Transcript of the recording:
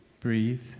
breathe